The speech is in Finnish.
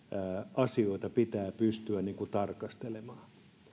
asioita pitää pystyä niin kuin tarkastelemaan